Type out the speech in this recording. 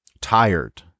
tired